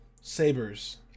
sabers